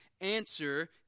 answer